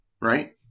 right